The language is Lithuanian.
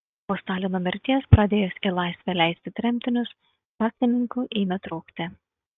po stalino mirties pradėjus į laisvę leisti tremtinius šachtininkų ėmė trūkti